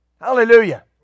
Hallelujah